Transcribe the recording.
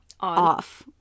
off